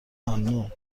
ممنوعه